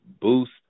boost